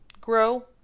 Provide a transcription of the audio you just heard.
grow